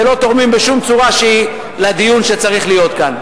שלא תורמים בשום צורה שהיא לדיון שצריך להיות כאן.